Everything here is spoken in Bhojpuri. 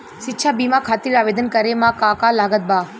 शिक्षा बीमा खातिर आवेदन करे म का का लागत बा?